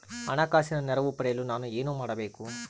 ಹಣಕಾಸಿನ ನೆರವು ಪಡೆಯಲು ನಾನು ಏನು ಮಾಡಬೇಕು?